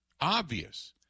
obvious